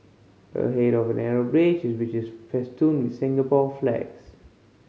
ahead is a narrow bridge which is festooned with Singapore flags